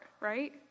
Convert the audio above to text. right